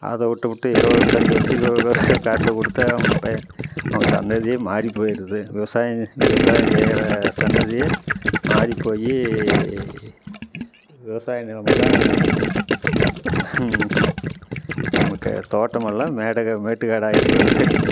அதை விட்டுவிட்டு இருபத்தஞ்சி வருடத்துக்கு கரண்டு கொடுத்தா அவங்க இப்போ அவங்க சந்ததியே மாறி போயிடுது விவசாயம் விவசாயம் செய்கிற சந்ததி மாறிப்போய் விவசாய நிலமெல்லாம் நமக்கு தோட்டமெல்லாம் மேடக மேட்டுக்காடாக ஆகிப்போயிடுது